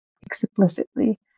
explicitly